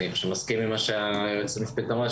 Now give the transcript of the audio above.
אני מסכים עם מה שהיועצת המשפטית אמרה,